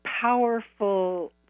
powerful